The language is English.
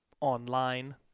online